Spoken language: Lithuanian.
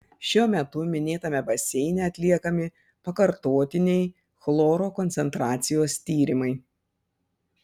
šiuo metu minėtame baseine atliekami pakartotiniai chloro koncentracijos tyrimai